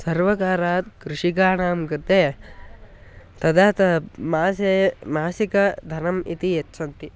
सर्वकारात् कृषकाणां कृते तदा ते मासे मासिकधनम् इति यच्छन्ति